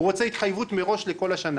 הוא רוצה התחייבות מראש לכל השנה.